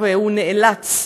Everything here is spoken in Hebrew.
והוא נאלץ,